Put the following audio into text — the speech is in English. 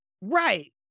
Right